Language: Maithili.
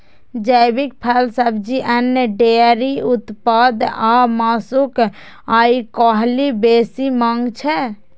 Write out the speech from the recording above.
जैविक फल, सब्जी, अन्न, डेयरी उत्पाद आ मासुक आइकाल्हि बेसी मांग छै